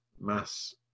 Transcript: mass